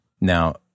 now